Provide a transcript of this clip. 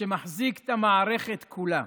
שמחזיק את המערכת כולה,